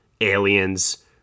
Aliens